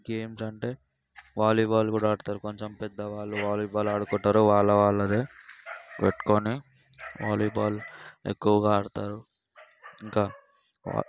గేమ్లు అంటే వాలీబాల్ కూడా ఆడతారు కొంచెం పెద్దవాళ్ళు వాలీబాల్ ఆడుకుంటారు వాళ్ళు వాళ్ళదే కట్టుకుని వాలీబాల్ ఎక్కువుగా ఆడతారు ఇంకా